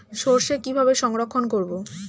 সরষে কিভাবে সংরক্ষণ করব?